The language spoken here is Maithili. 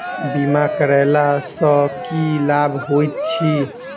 बीमा करैला सअ की लाभ होइत छी?